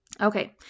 Okay